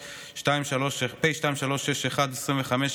פ/2361/25,